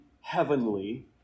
heavenly